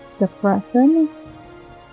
Depression